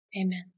amen